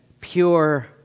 Pure